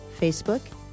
Facebook